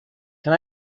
can